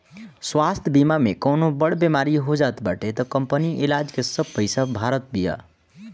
स्वास्थ्य बीमा में कवनो बड़ बेमारी हो जात बाटे तअ कंपनी इलाज के सब पईसा भारत बिया